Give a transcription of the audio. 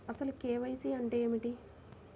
అసలు కే.వై.సి అంటే ఏమిటి?